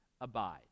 abide